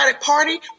party